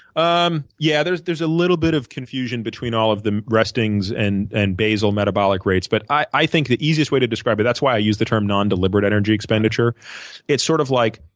um yeah, there's there's a little bit of confusion between all of the restings and and basal metabolic rates, but i think the easiest way to describe it that's why i use the term non-deliberate energy expenditure it's sort of like,